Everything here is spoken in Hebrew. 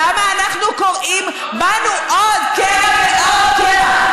למה אנחנו קורעים בנו עוד קרע ועוד קרע?